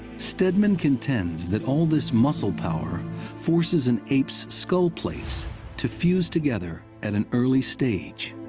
stedman contends that all this muscle power forces an ape's skull plates to fuse together at an early stage,